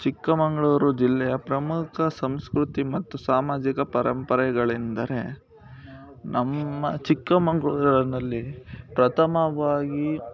ಚಿಕ್ಕಮಗಳೂರು ಜಿಲ್ಲೆಯ ಪ್ರಮುಖ ಸಂಸ್ಕೃತಿ ಮತ್ತು ಸಾಮಾಜಿಕ ಪರಂಪರೆಗಳೆಂದರೆ ನಮ್ಮ ಚಿಕ್ಕಮಗಳೂರಿನಲ್ಲಿ ಪ್ರಥಮವಾಗಿ